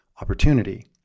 opportunity